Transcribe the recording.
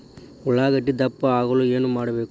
ಉಳ್ಳಾಗಡ್ಡೆ ದಪ್ಪ ಆಗಲು ಏನು ಹೊಡಿಬೇಕು?